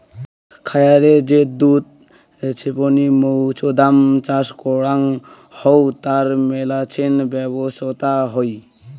খায়ারে যে দুধ ছেপনি মৌছুদাম চাষ করাং হউ তার মেলাছেন ব্যবছস্থা হই